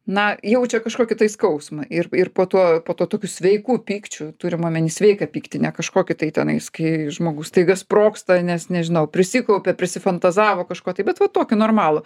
na jaučia kažkokį tai skausmą ir ir po to po tokių sveikų pykčių turim omeny sveiką pyktį ne kažkokį tai tenais kai žmogus staiga sprogsta nes nežinau prisikaupė prisifantazavo kažko tai bet va tokį normalų